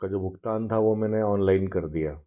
उसका जो भुगतान था वह मैंने ऑनलाइन कर दिया